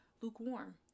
lukewarm